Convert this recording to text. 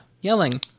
yelling